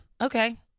Okay